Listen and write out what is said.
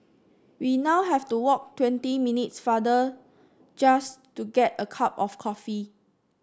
we now have to walk twenty minutes farther just to get a cup of coffee